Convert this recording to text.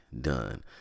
done